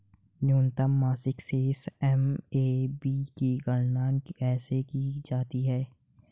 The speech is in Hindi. न्यूनतम मासिक शेष एम.ए.बी की गणना कैसे की जाती है?